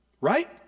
Right